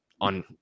on